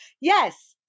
yes